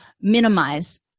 minimize